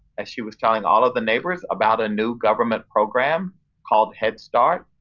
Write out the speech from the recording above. as she was telling all of the neighbors, about a new government program called head start.